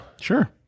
sure